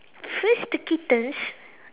first the kittens